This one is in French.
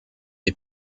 des